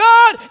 God